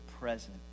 present